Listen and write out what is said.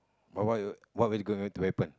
what what what is going to happen